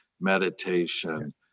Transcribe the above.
meditation